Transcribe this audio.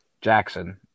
Jackson